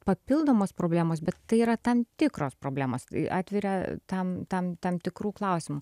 papildomos problemos bet tai yra tam tikros problemos tai atveria tam tam tam tikrų klausimų